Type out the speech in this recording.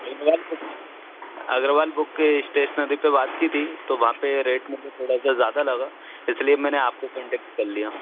Agarwal book Agarwal book की stationery पर बात की थी तो वहाँ पर रेट मुझे थोड़ा सा ज़्यादा लगा इस लिए मैंने आपको कान्टैक्ट कर लिया